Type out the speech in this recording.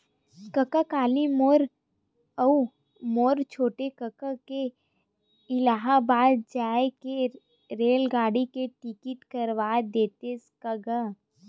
कका काली मोर अऊ मोर छोटे कका के इलाहाबाद जाय के रेलगाड़ी के टिकट करवा देतेस का गो